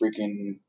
freaking